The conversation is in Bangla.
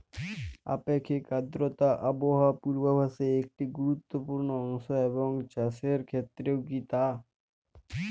আপেক্ষিক আর্দ্রতা আবহাওয়া পূর্বভাসে একটি গুরুত্বপূর্ণ অংশ এবং চাষের ক্ষেত্রেও কি তাই?